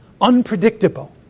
unpredictable